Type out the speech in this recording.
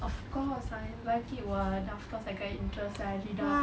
of course I like it what then of course I got interest then I read up